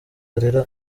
arera